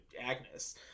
agnes